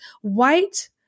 white